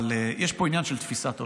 אבל יש פה עניין של תפיסת עולם.